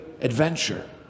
adventure